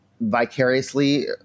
vicariously –